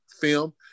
film